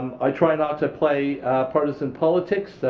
i try not to play partisan politics.